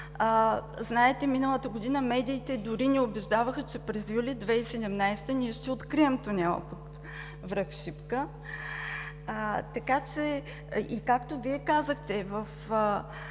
Знаете, миналата година медиите дори ни убеждаваха, че през юли 2017 г. ние ще открием тунел под връх Шипка. Така че, както Вие казахте,